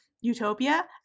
utopia